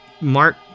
Mark